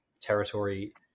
territory